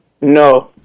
No